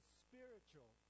spiritual